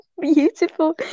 beautiful